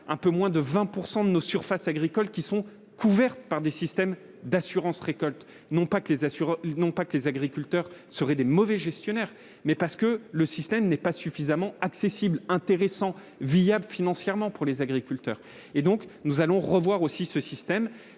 un peu moins de 20 % de nos surfaces agricoles sont couvertes par un système d'assurance récolte, non pas parce que les agriculteurs sont des mauvais gestionnaires, mais parce que le système n'est pas suffisamment intéressant ni viable financièrement aux yeux des agriculteurs. Nous allons donc revoir tout le système.